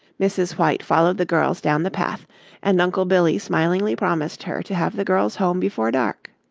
mrs. white followed the girls down the path and uncle billy smilingly promised her to have the girls home before dark.